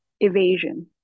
evasion